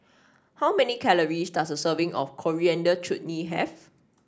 how many calories does a serving of Coriander Chutney have